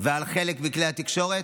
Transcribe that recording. וחלק מכלי התקשורת,